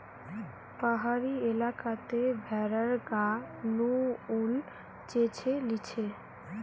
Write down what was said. পাহাড়ি এলাকাতে ভেড়ার গা নু উল চেঁছে লিছে